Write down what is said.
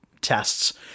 tests